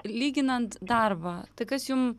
lyginant darbą tai kas jum